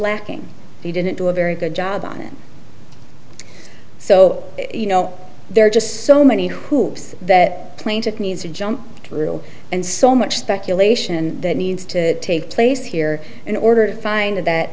lacking they didn't do a very good job on it so you know there are just so many hoops that plaintiff needs to jump through and so much speculation that needs to take place here in order to find that